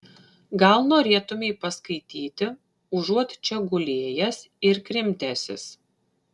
gal norėtumei paskaityti užuot čia gulėjęs ir krimtęsis